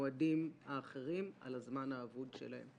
המועדים האחרים על הזמן האבוד שלהם?